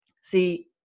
See